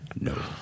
No